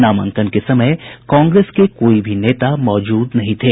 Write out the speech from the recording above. नामांकन के समय कांग्रेस के कोई भी नेता मौजूद नहीं थे